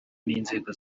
n’inzego